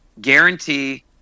guarantee